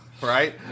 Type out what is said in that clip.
right